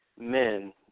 men